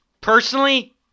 personally